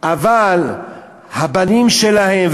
אבל הבנים שלהם,